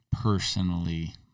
personally